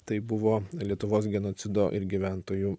tai buvo lietuvos genocido ir gyventojų